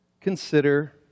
consider